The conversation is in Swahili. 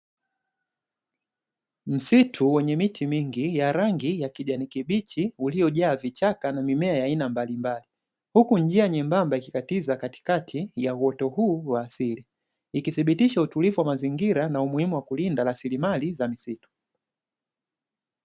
Msitu wenye miti mingi ya rangi ya kijani kibichi, uliyojaa vichaka na mimea ya aina mbalimbali, huku njia nyembamba ikikatiza katikati ya uoto huu wa asili, ikithibitisha utulivu wa mazingira na umuhimu wa kulinda rasilimali za msitu.